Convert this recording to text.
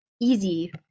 easy